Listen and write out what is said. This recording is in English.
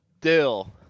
dill